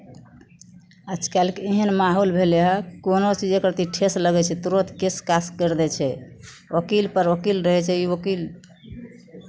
आजकलके एहन माहौल भेलै हइ कोनो चीज एक रत्ती ठेस लगै छै तुरन्त केस कास करि दै छै ओकीलपर ओकील रहै छै ई ओकील